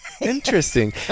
Interesting